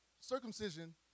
circumcision